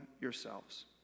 yourselves